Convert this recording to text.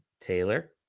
Taylor